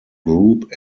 group